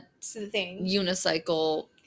unicycle